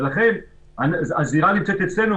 ולכן הזירה נמצאת אצלנו,